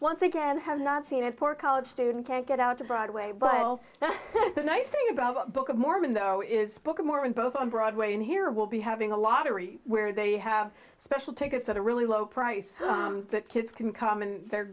once again have not seen a poor college student can't get out to broadway but now the nice thing about the book of mormon though is book of mormon both on broadway and here will be having a lottery where they have special tickets at a really low price so that kids can come in the